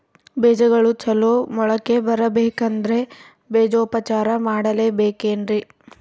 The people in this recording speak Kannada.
ಬೇಜಗಳು ಚಲೋ ಮೊಳಕೆ ಬರಬೇಕಂದ್ರೆ ಬೇಜೋಪಚಾರ ಮಾಡಲೆಬೇಕೆನ್ರಿ?